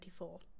2024